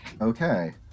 okay